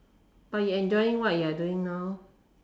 but you enjoying what you are doing now